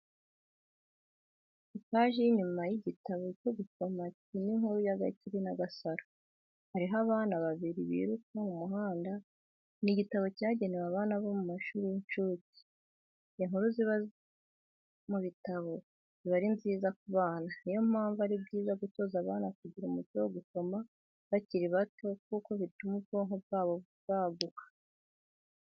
Ipaji y'inyuma y'igitabo cyo gusoma kirimo inkuru ya Gakire na Gasaro, hariho abana babiri biruka mu muhanda, ni igitabo cyagenewe abana bo mu mashuri y'inshuke. Inkuru ziba mu bitabo ziba ari nziza ku bana, niyo mpamvu ari byiza gutoza abana kugira umuco wo gusoma bakiri bato kuko bituma ubwonko bwabo bwaguka.